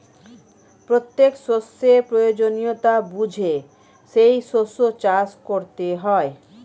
প্রত্যেক শস্যের প্রয়োজনীয়তা বুঝে সেই শস্য চাষ করতে হয়